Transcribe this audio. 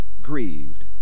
grieved